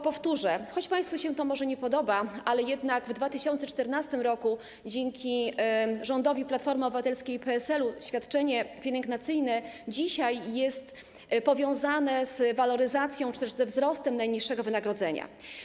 Powtórzę tylko, choć państwu może to się nie podoba, ale jednak, że w 2014 r. dzięki rządowi Platformy Obywatelskiej i PSL świadczenie pielęgnacyjne jest dzisiaj powiązane z waloryzacją czy też ze wzrostem najniższego wynagrodzenia.